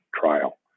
trial